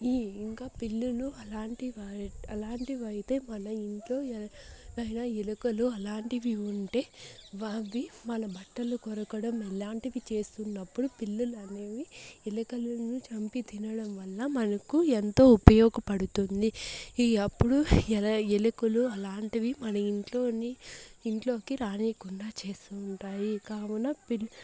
ఈ ఇంకా పిల్లులు అలాంటి అలాంటివి అయితే మన ఇంట్లో ఎలుకలు అలాంటివి ఉంటే అవి మన బట్టలు కొరకడం ఇలాంటివి చేస్తున్నప్పుడు పిల్లులు అనేవి ఎలుకలను చంపి తినడం వల్ల మనకు ఎంతో ఉపయోగపడుతుంది ఈ అప్పుడు ఎల్ ఎలుకలు అలాంటివి మన ఇంట్లోని ఇంట్లోకి రానీకుండా చేస్తూ ఉంటాయి కావున పిల్